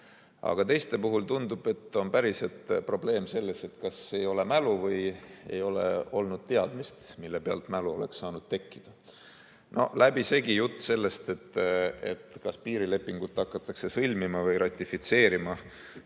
Aga teiste puhul tundub, et päriselt on probleem selles, et kas ei ole mälu või ei ole olnud teadmist, mille pealt mälu oleks saanud tekkida. Läbisegi jutt küsimustes ja kommentaarides sellest, kas piirilepingut hakatakse sõlmima või ratifitseerima,